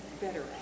Better